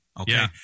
Okay